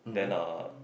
then uh